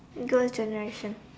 girl's generation